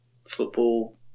football